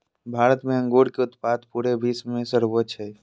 भारत में अंगूर के उत्पाद पूरे विश्व में सर्वोच्च हइ